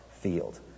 field